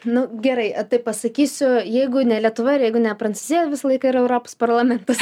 nu gerai taip pasakysiu jeigu ne lietuva jeigu ne prancūzija visą laiką ir europos parlamentas